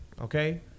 Okay